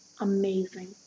amazing